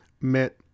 met